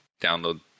download